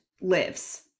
lives